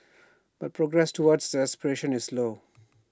but progress towards that aspiration is slow